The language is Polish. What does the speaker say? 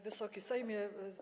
Wysoki Sejmie!